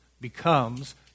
becomes